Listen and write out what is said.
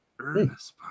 Ernest